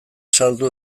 saldu